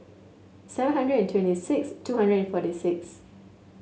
seven hundred and twenty six two hundred and forty six